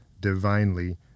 divinely